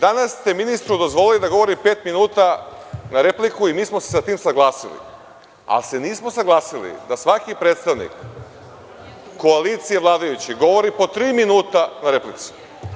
Danas ste ministru dozvolili da govori pet minuta na repliku i mi smo se sa tim saglasili, ali se nismo saglasili da svaki predstavnik vladajuće koalicije govori po tri minuta po replici.